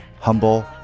humble